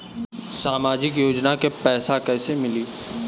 सामाजिक योजना के पैसा कइसे मिली?